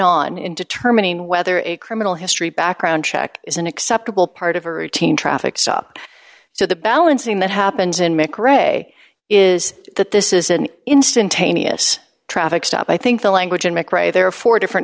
on in determining whether a criminal history background check is an acceptable part of a routine traffic stop so the balancing that happens in mc ray is that this is an instantaneous traffic stop i think the language and mccrae there are four different